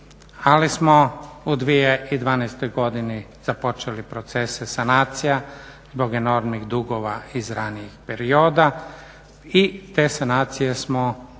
Ali smo u 2012. godini započeli procese sanacija zbog enormnih dugova iz ranijih perioda i te sanacije smo